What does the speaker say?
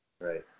Right